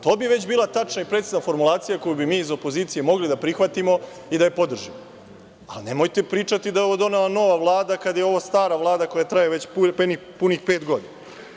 To bi već bila tačna i precizna formulacija koju bi mi iz opozicije mogli da prihvatimo i da je podržimo, ali nemojte pričati da je ovo donela nova Vlada kada je ovo stara Vlada koja traje već punih peto godina.